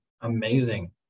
Amazing